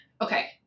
Okay